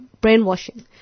brainwashing